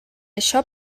això